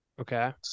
Okay